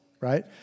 right